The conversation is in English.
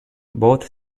both